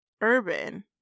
urban